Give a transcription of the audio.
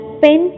pen